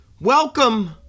welcome